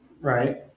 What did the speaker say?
Right